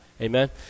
amen